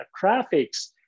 graphics